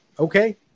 Okay